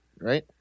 right